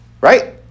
right